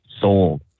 sold